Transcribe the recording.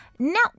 Now